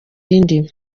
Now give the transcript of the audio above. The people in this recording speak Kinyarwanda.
indi